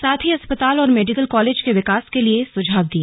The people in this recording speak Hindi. साथ ही अस्पताल और मेडिकल कॉलेज के विकास के लिए सुझाव दिए